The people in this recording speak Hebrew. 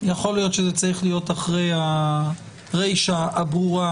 יכול להיות שזה צריך להיות אחרי הרישה הברורה,